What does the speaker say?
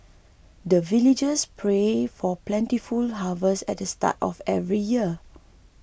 the villagers pray for plentiful harvest at the start of every year